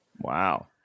Wow